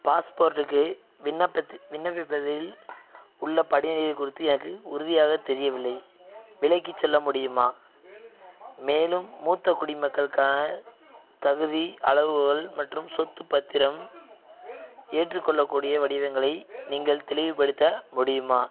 பாஸ்போர்ட்டுக்கு விண்ணப்பத்தி விண்ணப்பிப்பதில் உள்ள படிநிலைகள் குறித்து எனக்கு உறுதியாக தெரியவில்லை விளக்கிச் சொல்ல முடியுமா மேலும் மூத்த குடிமக்களுக்கான தகுதி அளவுகோல் மற்றும் சொத்து பத்திரம் ஏற்றுக்கொள்ளக்கூடிய வடிவங்களை நீங்கள் தெளிவுபடுத்த முடியுமா